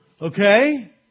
Okay